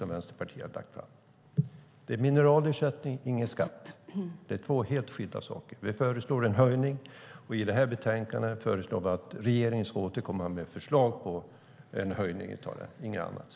Det är en mineralersättning, inte en skatt. Det är två helt skilda saker. Vi föreslår en höjning, och i betänkandet föreslår vi att regeringen ska återkomma med förslag om en höjning av den, ingenting annat.